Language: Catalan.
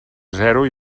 zero